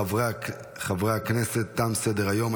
חברי הכנסת, תם סדר-היום.